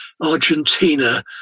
Argentina